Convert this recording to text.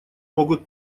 могут